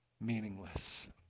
meaningless